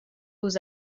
aux